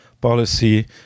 policy